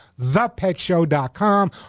thepetshow.com